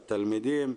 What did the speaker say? לתלמידים,